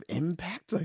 impact